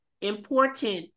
important